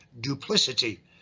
duplicity